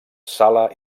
sala